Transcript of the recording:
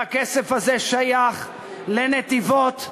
והכסף הזה שייך לנתיבות,